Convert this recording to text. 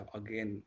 again